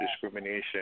discrimination